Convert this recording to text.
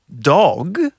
dog